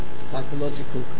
psychological